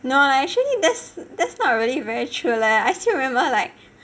no actually that's that's not really very true leh and I still remember like